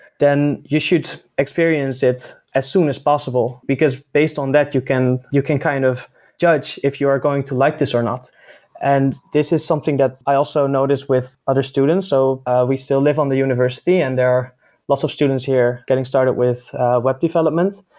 then you should experience it as soon as possible, because based on that you can you can kind of judge if you are going to like this or not and this is something that i also notice with other students, so we still live on the university and there are lots of students here getting started with web development.